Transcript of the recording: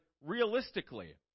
realistically